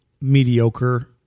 mediocre